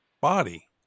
body